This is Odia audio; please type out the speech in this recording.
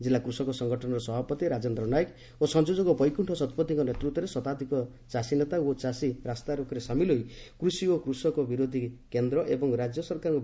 ଜିଲ୍ଲା କୃଷକ ସଂଗଠନର ସଭାପତି ରାଜେଦ୍ର ନାୟକ ଓ ସଂଯୋଜକ ବୈକୁଣ୍ସ ଶତପଥିଙ୍କ ନେତୂତ୍ୱରେ ଶତାଧିକ ଚାଷୀନେତା ଓ ଚାଷୀ ରାସ୍ତାରୋକରେ ସାମିଲ ହୋଇ କୁଷି ଓ କୃଷକ ବିରୋଧୀ କେନ୍ଦ୍ର ଏବଂ ରାଜ୍ୟ ସରକାରଙ୍କ ବିରୋଧରେ ସ୍କୋଗାନ ଦେଇଛନ୍ତି